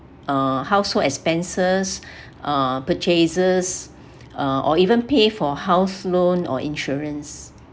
uh household expenses uh purchases uh or even pay for house loan or insurance